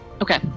Okay